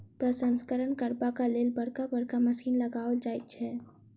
प्रसंस्करण करबाक लेल बड़का बड़का मशीन लगाओल जाइत छै